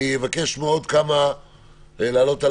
אני אבקש מעוד כמה לעלות לזום,